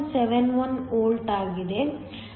71 volt ಆಗಿದೆ